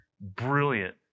Brilliant